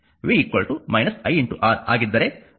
v i R ಆಗಿದ್ದರೆ i ಋಣಾತ್ಮಕವಾಗಿರುತ್ತದೆ